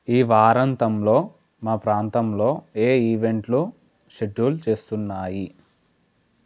ఈ వారాంతంలో మా ప్రాంతంలో ఏ ఈవెంట్లు షెడ్యూల్ చేసున్నాయి